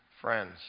friends